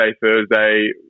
Thursday